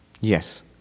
Yes